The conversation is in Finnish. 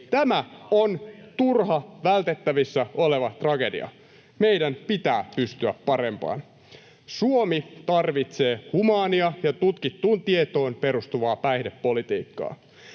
Tämä on turha, vältettävissä oleva tragedia. Meidän pitää pystyä parempaan. Suomi tarvitsee humaania ja tutkittuun tietoon perustuvaa päihdepolitiikkaa.